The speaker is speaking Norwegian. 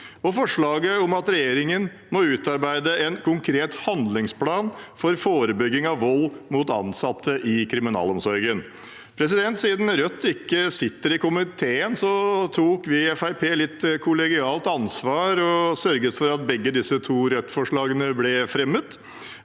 og forslaget om at regjeringen må utarbeide en konkret handlingsplan for forebygging av vold mot ansatte i kriminalomsorgen. Siden Rødt ikke sitter i komiteen, tok vi i Fremskrittspartiet litt kollegialt ansvar og sørget for at begge disse to Rødt-forslagene ble fremmet